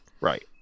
Right